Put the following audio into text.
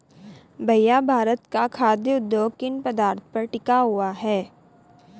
भैया भारत का खाघ उद्योग किन पदार्थ पर टिका हुआ है?